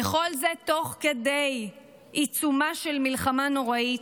וכל זה בעיצומה של מלחמה נוראית,